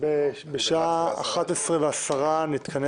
ונתחדשה בשעה 11:10.)